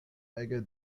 ege